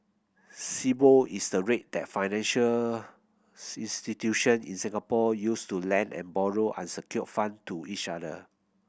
Sibor is the rate that financials institution in Singapore use to lend and borrow unsecured fund to each other